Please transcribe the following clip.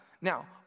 Now